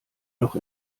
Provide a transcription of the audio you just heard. noch